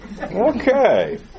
Okay